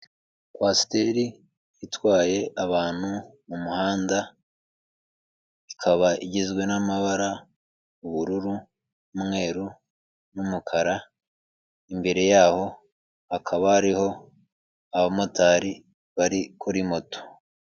Ifoto y'abana b'abanyeshuri bicaye muri sale, imbere yaho hakaba hari umuyobozi urimo kubaha amabwiriza.